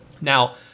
Now